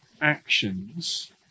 actions